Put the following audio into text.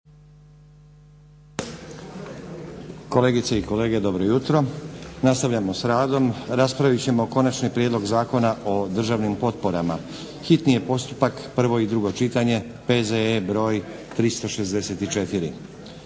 Kolegice i kolege dobro jutro. Nastavljamo s radom. Raspravit ćemo - Konačni prijedlog Zakona o državnim potporama, hitni postupak, prvo i drugo čitanje, P.Z.E. br. 364;